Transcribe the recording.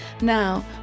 Now